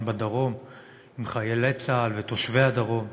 בדרום עם חיילי צה"ל ותושבי הדרום.